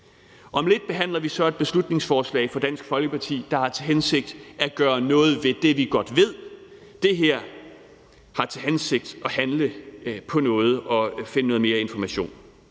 Om lidt behandler vi så et beslutningsforslag fra Dansk Folkeparti, der har til hensigt at gøre noget ved det, vi godt ved. Det her har til hensigt at handle på noget og finde noget mere information,